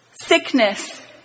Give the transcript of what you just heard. sickness